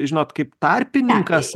žinot kaip tarpininkas